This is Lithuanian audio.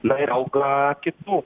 na ir auga kitų